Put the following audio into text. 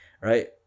right